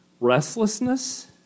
restlessness